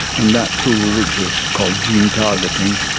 and that tool, which is called gene targeting,